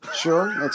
Sure